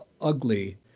ugly